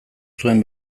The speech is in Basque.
zuen